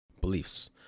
beliefs